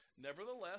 Nevertheless